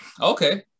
Okay